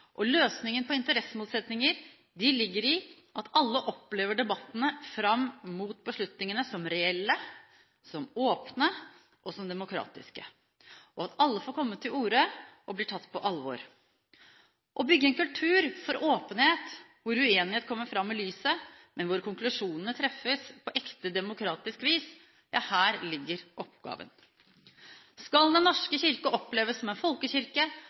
Løsningen på interessemotsetninger ligger i at alle opplever debattene fram mot beslutningene som reelle, åpne og demokratiske, og at alle får komme til orde og blir tatt på alvor. Å bygge en kultur for åpenhet, hvor uenighet kommer fram i lyset, men hvor konklusjonene treffes på ekte demokratisk vis – ja, her ligger oppgaven. Skal Den norske kirke oppleves som en folkekirke,